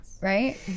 Right